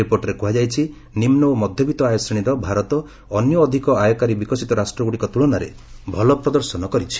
ରିପୋର୍ଟରେ କୁହାଯାଇଛି ନିମ୍ବ ଓ ମଧ୍ୟବିତ୍ତ ଆୟ ଶ୍ରେଣୀରେ ଭାରତ ଅନ୍ୟ ଅଧିକ ଆୟକାରୀ ବିକଶିତ ରାଷ୍ଟ୍ରଗୁଡ଼ିକ ତୁଳନାରେ ଭଲ ପ୍ରଦର୍ଶନ କରିଛି